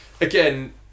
again